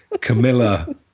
camilla